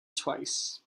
twice